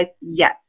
yes